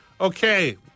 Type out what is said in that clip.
Okay